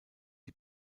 die